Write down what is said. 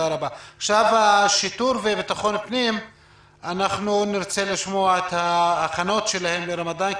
עכשיו נרצה לשמוע מהשיטור בביטחון הפנים על ההכנות שלהם לרמדאן,